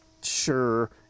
sure